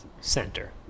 center